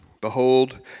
Behold